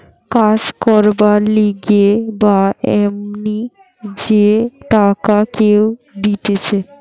কাজ করবার লিগে বা এমনি যে টাকা কেউ দিতেছে